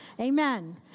Amen